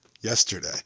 yesterday